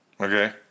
Okay